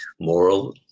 moral